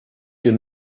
den